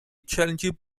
challenging